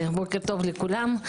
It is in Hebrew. בוקר טוב לכולם.